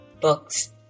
Books